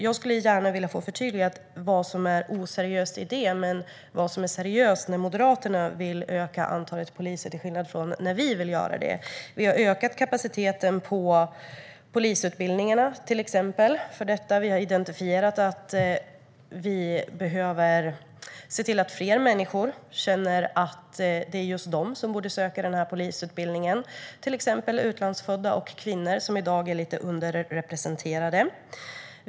Jag skulle gärna vilja få förtydligat vad som är oseriöst i detta och varför det är seriöst när Moderaterna vill öka antalet poliser, till skillnad från när vi vill göra det. Vi har till exempel ökat kapaciteten på polisutbildningarna. Vi har slagit fast att vi behöver se till att fler människor känner att det är just de som borde söka polisutbildningen, till exempel utlandsfödda och kvinnor, som i dag är lite underrepresenterade.